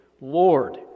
Lord